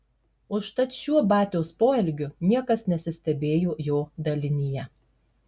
užtat šiuo batios poelgiu niekas nesistebėjo jo dalinyje